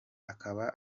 akaba